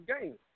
games